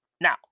Now